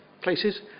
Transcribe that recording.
places